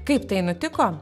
kaip tai nutiko